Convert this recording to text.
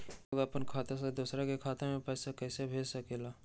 लोग अपन खाता से दोसर के खाता में पैसा कइसे भेज सकेला?